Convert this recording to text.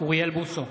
אוריאל בוסו,